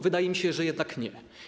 Wydaje mi się, że jednak nie.